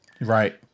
Right